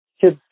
kids